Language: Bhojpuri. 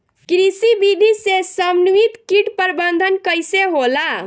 कृषि विधि से समन्वित कीट प्रबंधन कइसे होला?